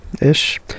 ish